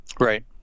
right